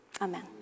Amen